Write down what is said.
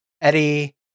Eddie